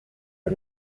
and